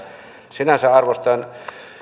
sinänsä arvostan